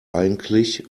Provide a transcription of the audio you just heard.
eigentlich